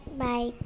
bye